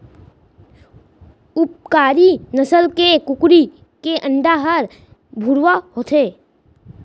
उपकारी नसल के कुकरी के अंडा हर भुरवा होथे